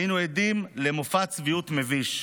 היינו עדים למופע צביעות מביש.